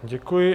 Děkuji.